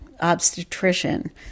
obstetrician